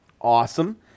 Awesome